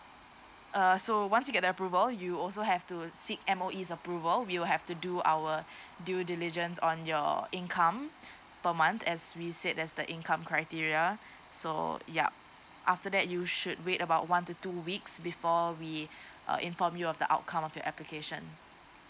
uh so once you get approval you also have to seek M_O_E approval we will have to do our due diligence on your income per month as we said there's the income criteria so yup after that you should wait about one to two weeks before we uh inform you of the outcome of the application